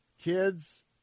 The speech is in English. Kids